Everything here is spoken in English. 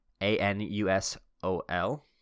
A-N-U-S-O-L